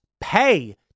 pay